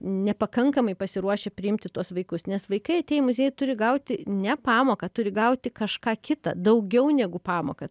nepakankamai pasiruošę priimti tuos vaikus nes vaikai atėję į muziejų turi gauti ne pamoką turi gauti kažką kitą daugiau negu pamoką